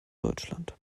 deutschland